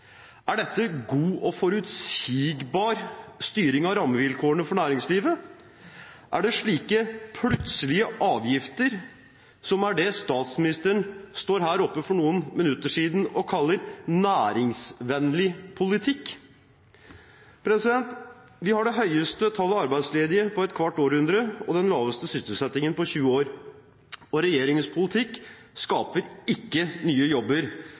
Er dette god og forutsigbar styring av rammevilkårene for næringslivet? Er det slike plutselige avgifter som er det statsministeren sto her oppe for noen minutter siden og kalte «næringsvennlig politikk»? Vi har det høyeste antallet arbeidsledige på et kvart århundre og den laveste sysselsettingen på 20 år, og regjeringens politikk skaper ikke nye jobber,